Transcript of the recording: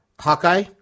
hawkeye